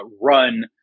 run